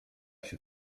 się